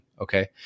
Okay